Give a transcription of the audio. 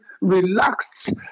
relaxed